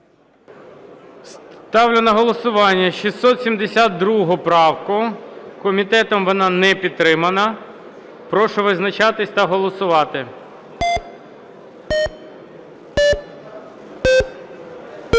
Ставлю на голосування 672 правку. Комітетом вона не підтримана. Прошу визначатися та голосувати. 11:32:20 За-85